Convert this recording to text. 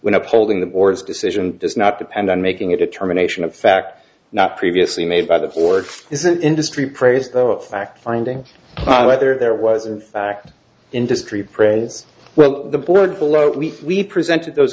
when upholding the board's decision does not depend on making a determination of fact not previously made by the court is an industry praise though a fact finding whether there was in fact industry prayer as well the blood flow we we presented those